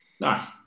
Nice